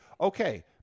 okay